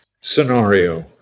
scenario